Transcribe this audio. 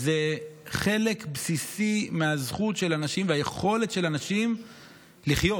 זה חלק בסיסי מהזכות של אנשים והיכולת של אנשים לחיות.